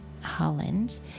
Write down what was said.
holland